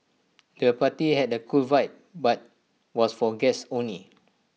the party had A cool vibe but was for guests only